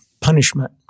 punishment